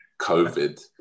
covid